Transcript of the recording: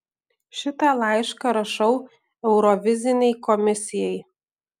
šitą laišką rašau eurovizinei komisijai